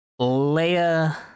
Leia